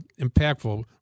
impactful